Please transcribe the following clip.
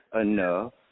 enough